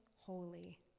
holy